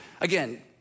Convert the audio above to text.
Again